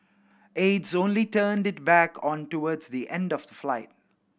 aides only turned it back on towards the end of the flight